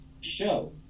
Show